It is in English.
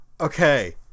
okay